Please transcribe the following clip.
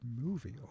movie